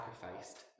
sacrificed